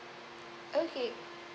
okay